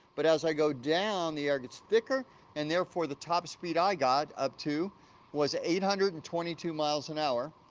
but, as i go down, the air gets thicker and therefore the top speed i got up to was eight hundred and twenty two miles an hour.